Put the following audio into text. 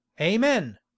Amen